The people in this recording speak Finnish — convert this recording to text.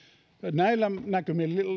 näillä näkymin